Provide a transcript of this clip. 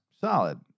Solid